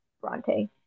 Bronte